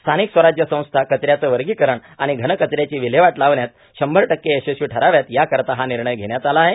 स्थानिक स्वराज्य संस्था कचऱ्याचं वर्गीकरण आणि घनकचऱ्याची विल्हेवाट लावण्यात शंभर टक्के यशस्वी ठराव्यात याकरिता हा निर्णय घेण्यात आला आहे